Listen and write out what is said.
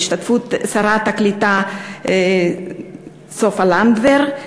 בהשתתפות שרת הקליטה סופה לנדבר,